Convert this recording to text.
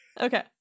Okay